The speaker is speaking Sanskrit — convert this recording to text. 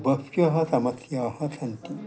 बह्व्यः समस्याः सन्ति